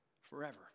forever